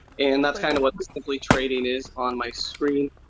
and that's kind of what simply trading is on my screen.